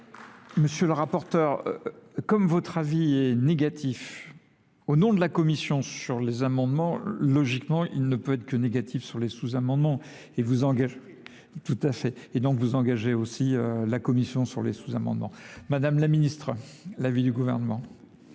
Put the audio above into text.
Monsieur le rapporteur, comme votre avis est négatif, au nom de la Commission sur les amendements, logiquement, il ne peut être que négatif sur les sous-amendements. Tout à fait. Et donc vous engagez aussi la Commission sur les sous-amendements. Madame la Ministre, l'avis du gouvernement.